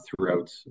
throughout